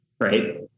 right